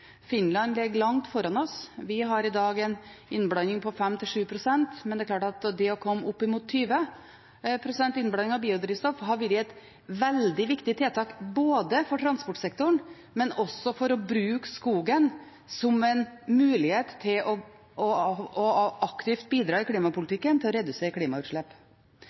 Finland ligger langt foran oss. Vi har i dag en innblanding på 5–7 pst., men det er klart at det å komme oppimot 20 pst. innblanding av biodrivstoff hadde vært et veldig viktig tiltak både for transportsektoren og for å bruke skogen som en mulighet til aktivt å bidra i klimapolitikken for å redusere